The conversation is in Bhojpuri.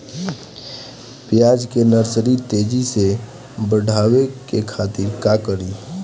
प्याज के नर्सरी तेजी से बढ़ावे के खातिर का करी?